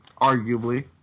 arguably